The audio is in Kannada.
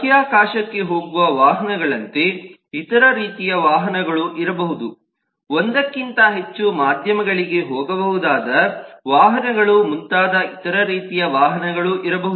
ಬಾಹ್ಯಾಕಾಶಕ್ಕೆ ಹೋಗುವ ವಾಹನಗಳಂತೆ ಇತರ ರೀತಿಯ ವಾಹನಗಳೂ ಇರಬಹುದು ಒಂದಕ್ಕಿಂತ ಹೆಚ್ಚು ಮಾಧ್ಯಮಗಳಿಗೆ ಹೋಗಬಹುದಾದ ವಾಹನಗಳು ಮುಂತಾದ ಇತರ ರೀತಿಯ ವಾಹನಗಳು ಇರಬಹುದು